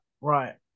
right